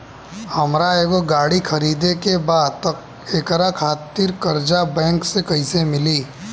हमरा एगो गाड़ी खरीदे के बा त एकरा खातिर कर्जा बैंक से कईसे मिली?